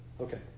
Okay